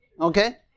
Okay